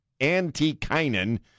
Antikainen